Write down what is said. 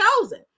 chosen